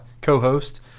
co-host